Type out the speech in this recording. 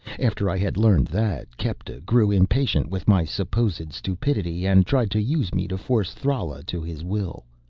after i had learned that, kepta grew impatient with my supposed stupidity and tried to use me to force thrala to his will.